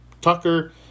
Tucker